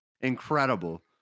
incredible